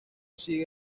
sigue